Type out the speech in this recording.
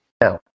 Now